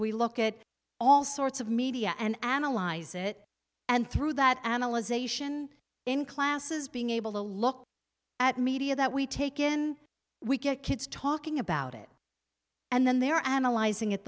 we look at all sorts of media and analyze it and through that analyzation in classes being able to look at media that we take in we get kids talking about it and then they're analyzing it